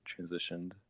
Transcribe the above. transitioned